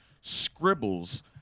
scribbles